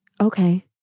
Okay